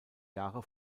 jahre